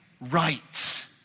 right